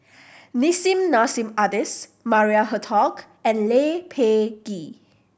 Nissim Nassim Adis Maria Hertogh and Lee Peh Gee